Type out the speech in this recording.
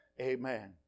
Amen